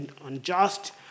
unjust